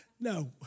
No